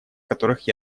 которых